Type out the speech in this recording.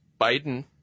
Biden